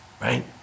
right